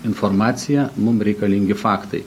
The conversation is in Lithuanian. informacija mum reikalingi faktai